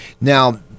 Now